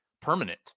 permanent